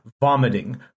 vomiting